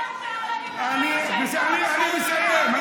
אני מסיים.